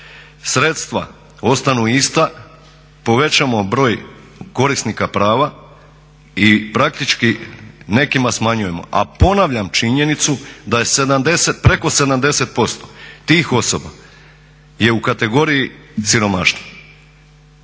sredstva ostanu ista, povećamo broj korisnika prava i praktički nekima smanjujemo. A ponavljam činjenicu da je preko 70% tih osoba je u kategoriji siromaštva.